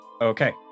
Okay